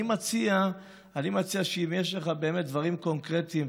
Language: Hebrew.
אני מציע שאם יש לך באמת דברים קונקרטיים,